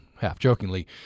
half-jokingly